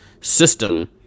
system